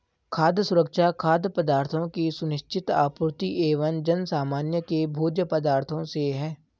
खाद्य सुरक्षा खाद्य पदार्थों की सुनिश्चित आपूर्ति एवं जनसामान्य के भोज्य पदार्थों से है